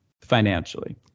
financially